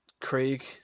Craig